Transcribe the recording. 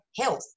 health